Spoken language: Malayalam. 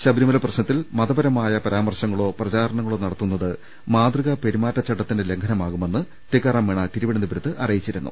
ശബരിമല പ്രശ്നത്തിൽ മതപരമായ പരാമർശങ്ങളോ പ്രചാര ണങ്ങളോ നടത്തുന്നത് മാതൃകാ പെരുമാറ്റച്ചട്ടത്തിന്റെ ലംഘനമാ കുമെന്ന് ടിക്കാറാം മീണ തിരുവനന്തപുരത്ത് അറിയിച്ചിരുന്നു